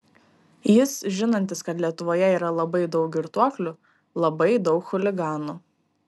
jis žinantis kad lietuvoje yra labai daug girtuoklių labai daug chuliganų